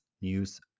news